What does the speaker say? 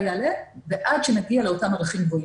יעלה ועד שנגיע לאותם ערכים גבוהים.